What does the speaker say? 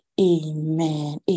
Amen